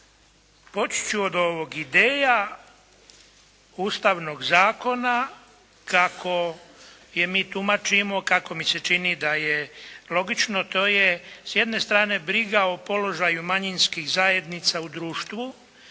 poći ću od ideja ustavnog zakona kako mi tumačimo, kako mi se čini da je logično. To je s jedne strane briga o položaju manjinskih zajednica u društvu